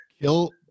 Kill